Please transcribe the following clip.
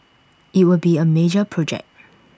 IT will be A major project